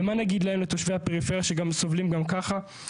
ומה נגיד להם לתושבי הפריפריה שגם סובלים גם ככה?